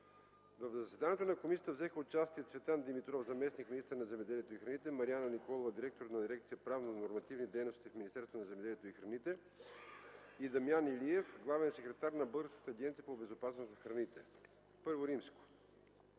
В заседанието на Комисията взеха участие Цветан Димитров – заместник-министър на земеделието и храните, Марияна Николова – директор на дирекция „Правно-нормативни дейности” в Министерство на земеделието и храните, и Дамян Илиев – главен секретар на Българска агенция по безопасност на храните. I.